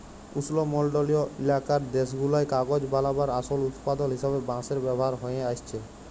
উস্লমলডলিয় ইলাকার দ্যাশগুলায় কাগজ বালাবার আসল উৎপাদল হিসাবে বাঁশের ব্যাভার হঁয়ে আইসছে